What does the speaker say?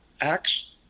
Acts